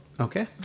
okay